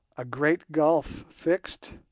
a great gulf fixed?